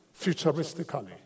futuristically